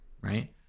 right